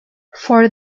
for